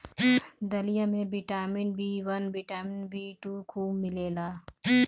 दलिया में vitamin B one, vitamin B two खूब मिलेला